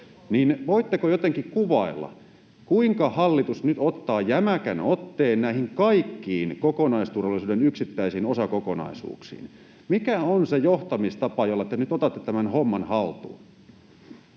Voitteko jotenkin kuvailla, kuinka hallitus nyt ottaa jämäkän otteen näihin kaikkiin kokonaisturvallisuuden yksittäisiin osakokonaisuuksiin? Mikä on se johtamistapa, jolla te nyt otatte tämän homman haltuun?